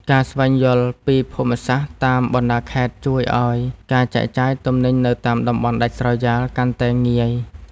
ការស្វែងយល់ពីភូមិសាស្ត្រតាមបណ្តាខេត្តជួយឱ្យការចែកចាយទំនិញទៅតាមតំបន់ដាច់ស្រយាលកាន់តែងាយ។